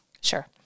Sure